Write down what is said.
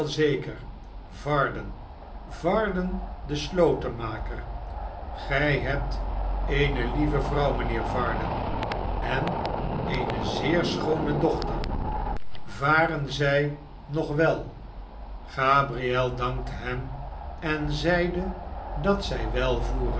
chester varden varden de slotenmaker gij hebt eene lieve vrouw mijnheer varden en eene zeer schoone dochter varen zij nog wel gabriel dankte hem en zeide dat zij